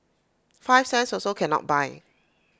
five cents also cannot buy